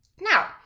Now